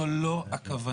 זו לא הכוונה.